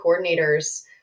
coordinators